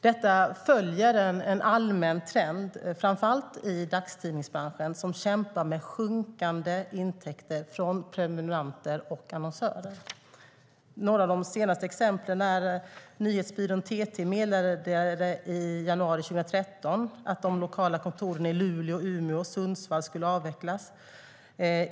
Detta följer en allmän trend, framför allt i dagstidningsbranschen, som kämpar med sjunkande intäkter från prenumeranter och annonsörer. Några av de senaste exemplen är att nyhetsbyrån TT i januari 2013 meddelade att de lokala kontoren i Luleå, Umeå och Sundsvall skulle avvecklas.